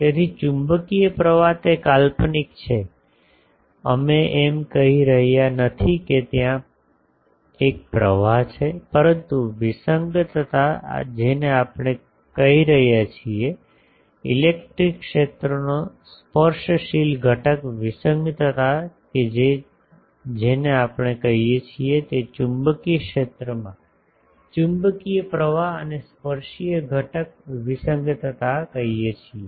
તેથી ચુંબકીય પ્રવાહ તે કાલ્પનિક છે અમે એમ કહી રહ્યા નથી કે ત્યાં એક પ્રવાહ છે પરંતુ વિસંગતતા જેને આપણે કહી રહ્યા છીએ ઇલેક્ટ્રિક ક્ષેત્રનો સ્પર્શશીલ ઘટક વિસંગતતા કે જેને આપણે કહીએ છીએ તે ચુંબકીય ક્ષેત્રમાં ચુંબકીય પ્રવાહ અને સ્પર્શિય ઘટક વિસંગતતા કહીએ છીએ